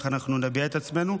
איך אנחנו נביע את עצמנו?